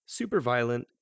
superviolent